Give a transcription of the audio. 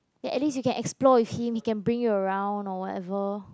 ya at least you can explore with him he can bring you around or whatever